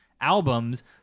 albums